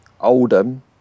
Oldham